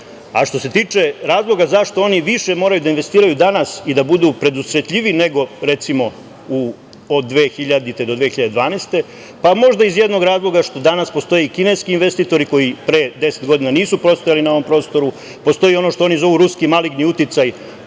se tiče razloga zašto oni više moraju da investiraju danas i da budu predusetljiviji nego recimo od 2000. do 2012. godine, pa možda iz jednog razloga što danas postoji i kineski investitori koji pre 10 godina nisu postojali na ovom prostoru, postoji ono što oni zovu ruski maligni uticaj,